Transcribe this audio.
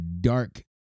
dark